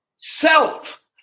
self